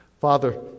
Father